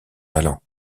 allant